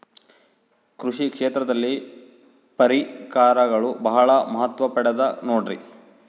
ಕೃಷಿ ಕ್ಷೇತ್ರದಲ್ಲಿ ಪರಿಕರಗಳು ಬಹಳ ಮಹತ್ವ ಪಡೆದ ನೋಡ್ರಿ?